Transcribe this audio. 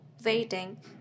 waiting